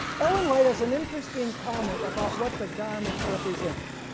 ellen white has an interesting comment about what the garments represent.